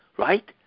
Right